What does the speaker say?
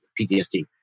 PTSD